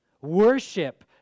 worship